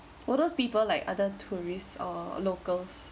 well those people like other tourists or locals